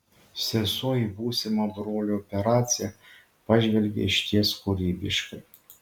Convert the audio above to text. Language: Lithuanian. sesuo į būsimą brolio operaciją pažvelgė išties kūrybiškai